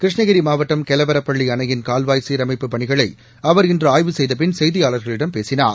கிருஷ்ணகிரி மாவட்டம் கெலவரப்பள்ளி அணையின் கால்வாய் சீரமைப்புப் பணிகளை அவர் இன்று ஆய்வு செய்தபின் செய்தியாளர்களிடம் பேசினார்